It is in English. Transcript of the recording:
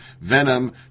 Venom